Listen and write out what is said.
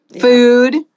food